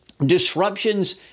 Disruptions